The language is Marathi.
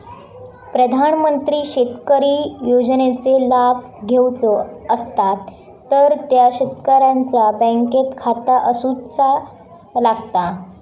प्रधानमंत्री शेतकरी योजनेचे लाभ घेवचो असतात तर त्या शेतकऱ्याचा बँकेत खाता असूचा लागता